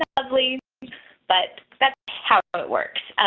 ah mosley but that's how it works.